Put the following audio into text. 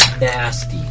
nasty